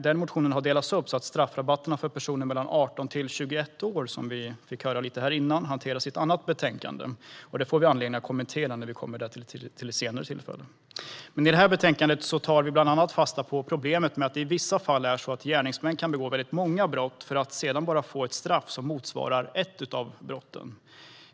Den motionen har delats upp så att straffrabatterna för personer i åldern 18-21 år, som vi fick höra lite om här innan, hanteras i ett annat betänkande. Det får vi anledning att kommentera vid ett senare tillfälle. I det här betänkandet tar vi bland annat fasta på problemet med att det i vissa fall är så att gärningsmän kan begå väldigt många brott för att sedan bara få ett straff som motsvarar ett av brotten.